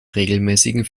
regelmäßigen